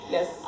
Yes